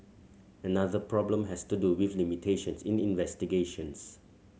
another problem has to do with limitations in investigations